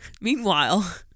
Meanwhile